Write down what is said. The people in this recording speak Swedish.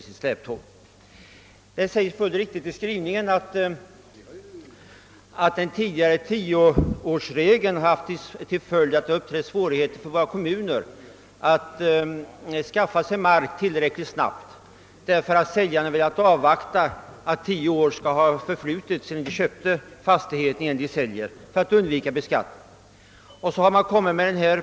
Det framhålles helt riktigt i skrivningen att den tidigare tioårsregeln medfört svårigheter för kommunerna att skaffa mark tillräckligt snabbt, därför att säljaren för att undvika beskattning velat vänta tills tio år förflutit sedan köpet gjordes.